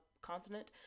continent